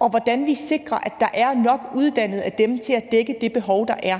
og hvordan vi sikrer, at der er nok uddannede folk til at dække det behov, der er.